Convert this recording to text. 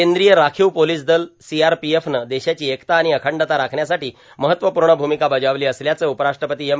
कद्रीय राखीव पोोलस बल सीआरपीएफनं देशाची एकता आर्ाण अखंडता राखण्यासाठी महत्वपूण भूममका बजावली असल्याचं उपराष्ट्रपती एम